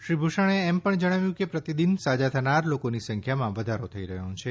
શ્રી ભૂષણે એમ પણ જણાવ્યું કે પ્રતિદિન સાજા થનારા લોકોની સંખ્યામાં વધારો થઇ રહ્યો છે